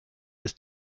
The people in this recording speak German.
ist